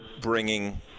bringing